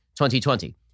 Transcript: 2020